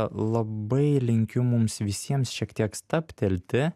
labai linkiu mums visiems šiek tiek stabtelti